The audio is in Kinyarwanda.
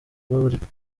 kubabarirwa